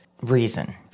reason